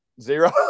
Zero